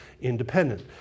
independent